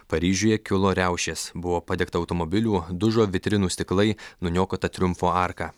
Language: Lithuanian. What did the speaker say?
paryžiuje kilo riaušės buvo padegta automobilių dužo vitrinų stiklai nuniokota triumfo arka